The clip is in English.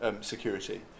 security